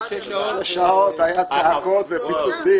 ישבנו אתמול שש שעות והיו צעקות ופיצוצים.